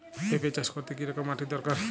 পেঁপে চাষ করতে কি রকম মাটির দরকার?